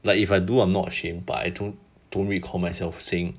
like if I do I'm not ashamed but I don't don't recall myself saying